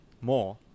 more